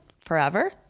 forever